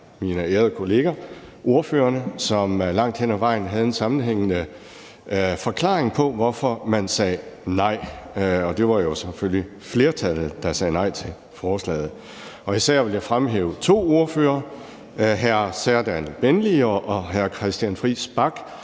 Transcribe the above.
mine ærede kolleger, ordførerne, som langt hen ad vejen havde en sammenhængende forklaring på, hvorfor man sagde nej. Det var jo selvfølgelig flertallet, der sagde nej til forslaget. Især vil jeg fremhæve to ordførere, hr. Serdal Benli og hr. Christian Friis Bach,